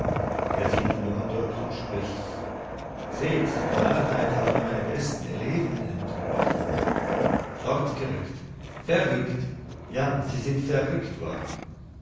der sieht die nummern durch und spricht seht die narrheit hat mir meine besten eleven entrückt fortgerückt verrückt ja sie sind verrückt worden